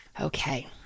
okay